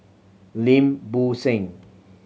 Lim Bo Seng